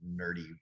nerdy